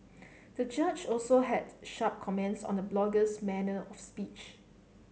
the judge also had sharp comments on the blogger's manner of speech